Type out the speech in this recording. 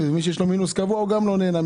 על כמה מהאנשים?